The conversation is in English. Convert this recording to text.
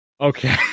Okay